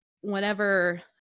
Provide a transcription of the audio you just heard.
whenever